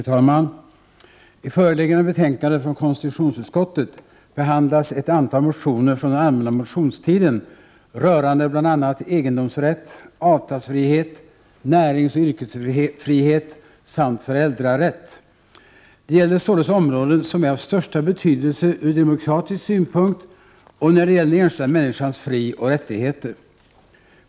Fru talman! I föreliggande betänkande från konstitutionsutskottet behandlas ett antal motioner från den allmänna motionstiden rörande bl.a. egendomsrätt, avtalsfrihet, näringsoch yrkesfrihet samt föräldrarätt. Det gäller således områden som är av största betydelse ur demokratisk synpunkt och när det gäller den enskilda människans frioch rättigheter.